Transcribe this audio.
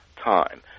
time